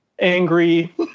angry